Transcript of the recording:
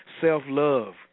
self-love